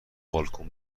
بالکن